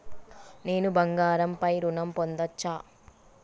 నేను బంగారం పై ఋణం పొందచ్చా?